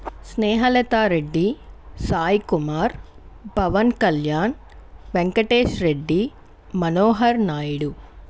Snehalatha Reddy Sai Kumar Pawan Kalyan Venkatesh Reddy Manohar Naidu